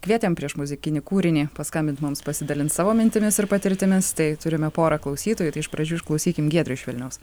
kvietėm prieš muzikinį kūrinį paskambint mums pasidalint savo mintimis ir patirtimis tai turime porą klausytojų tai iš pradžių išklausykim giedrio iš vilniaus